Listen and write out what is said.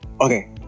Okay